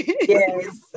Yes